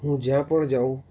હું જ્યાં પણ જાઉં